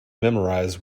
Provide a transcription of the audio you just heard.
memorize